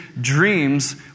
dreams